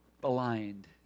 blind